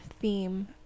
theme